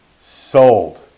Sold